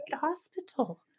hospital